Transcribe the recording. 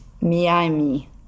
Miami